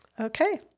Okay